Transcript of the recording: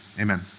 Amen